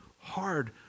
hard